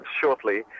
shortly